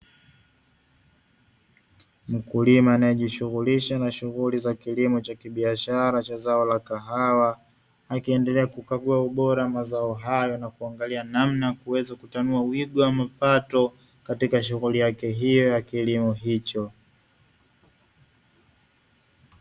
Mkulima anayejishughulisha na shughuli za kilimo cha kibiashara cha zao la kahawa, akiendelea kukagua ubora wa mazao hayo na kuangalia namna ya kuweza kutanua wigo wa mapato katika shughuli yake hiyo ya kilimo hicho.